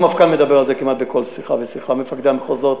המפכ"ל מדבר על זה כמעט בכל שיחה ושיחה עם מפקדי המחוזות,